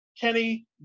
Kenny